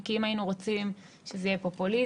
כי אם היינו רוצים שזה יהיה פופוליזם,